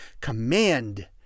command